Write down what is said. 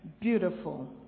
Beautiful